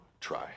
try